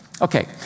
Okay